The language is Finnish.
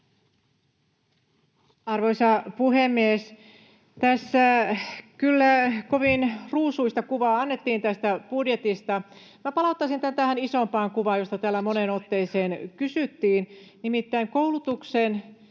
Arvoisa puhemies! Tässä kyllä kovin ruusuista kuvaa annettiin tästä budjetista. Minä palauttaisin tämän tähän isompaan kuvaan, josta täällä moneen otteeseen kysyttiin,